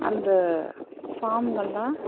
அந்த ஃபாம்கள்லாம்